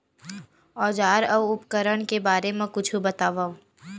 औजार अउ उपकरण के बारे मा कुछु बतावव?